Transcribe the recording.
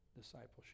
discipleship